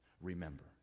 Remember